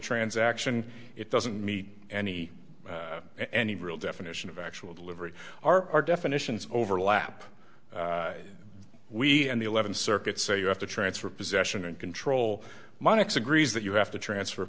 transaction it doesn't meet any any real definition of actual delivery our definitions overlap we and the eleventh circuit say you have to transfer possession and control my next agrees that you have to transfer